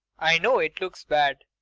i know it looks bad.